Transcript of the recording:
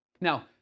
Now